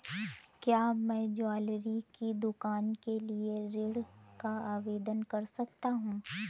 क्या मैं ज्वैलरी की दुकान के लिए ऋण का आवेदन कर सकता हूँ?